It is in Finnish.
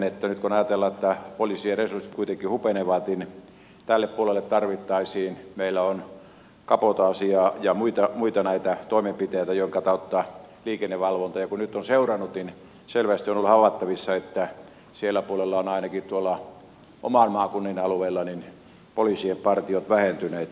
nyt kun ajatellaan että poliisien resurssit kuitenkin hupenevat niin tälle puolelle tarvittaisiin meillä on kabotaasia ja muita näitä toimenpiteitä jonka kautta liikenteen valvontaa tarvitaan ja kun nyt on seurannut niin selvästi on ollut havaittavissa että siellä puolella ovat ainakin oman maakuntani alueella poliisien partiot vähentyneet